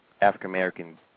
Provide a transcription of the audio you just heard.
African-American